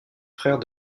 frères